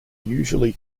usually